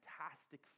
fantastic